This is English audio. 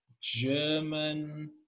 german